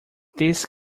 this